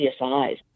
CSIs